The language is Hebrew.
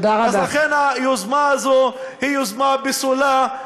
אז לכן היוזמה הזו היא יוזמה פסולה,